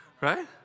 right